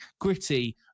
gritty